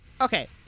okay